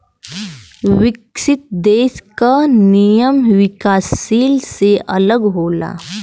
विकसित देश क नियम विकासशील से अलग होला